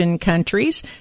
countries